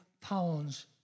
pounds